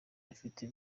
ifite